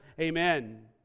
amen